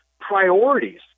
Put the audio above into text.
priorities